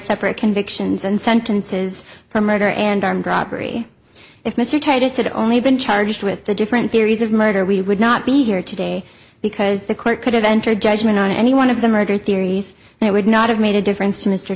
separate convictions and sentences for murder and armed robbery if mr titus had only been charged with the different theories of murder we would not be here today because the court could have entered judgment on any one of the murder theories and it would not have made a difference